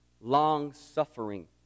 long-suffering